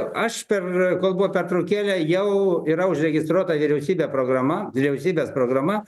aš per kol buvo pertraukėlė jau yra užregistruota vyriausybė programa vyriausybės programa